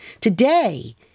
Today